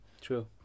True